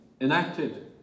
enacted